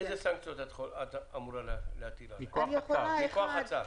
איזה סנקציות את אמורה להטיל עליי מכוח הצו?